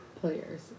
Players